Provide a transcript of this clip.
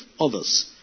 others